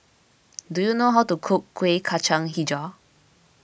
do you know how to cook Kuih Kacang HiJau